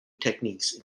techniques